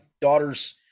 daughter's